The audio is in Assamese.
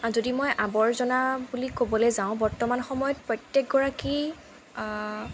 যদি মই আৱৰ্জনা বুলি ক'বলৈ যাওঁ বৰ্তমান সময়ত প্ৰত্যেকগৰাকী